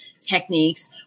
techniques